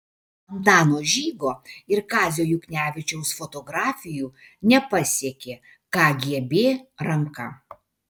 antano žygo ir kazio juknevičiaus fotografijų nepasiekė kgb ranka